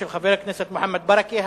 של חבר הכנסת מוחמד ברכה.